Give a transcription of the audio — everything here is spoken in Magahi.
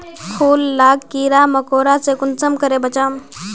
फूल लाक कीड़ा मकोड़ा से कुंसम करे बचाम?